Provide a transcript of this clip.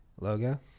logo